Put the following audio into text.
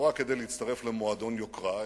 לא רק כדי להצטרף למועדון יוקרה,